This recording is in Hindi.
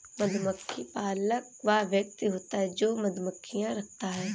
मधुमक्खी पालक वह व्यक्ति होता है जो मधुमक्खियां रखता है